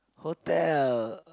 hotel